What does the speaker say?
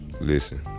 Listen